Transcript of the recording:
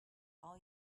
all